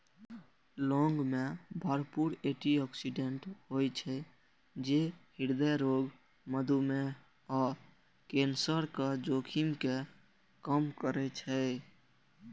लौंग मे भरपूर एटी ऑक्सिडेंट होइ छै, जे हृदय रोग, मधुमेह आ कैंसरक जोखिम कें कम करै छै